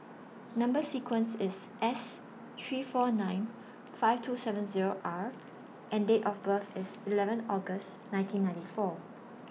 Number sequence IS S three four nine five two seven Zero R and Date of birth IS eleven August nineteen ninety four